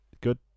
good